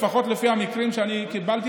לפחות לפי המקרים שקיבלתי,